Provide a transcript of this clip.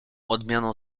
odmianą